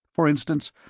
for instance,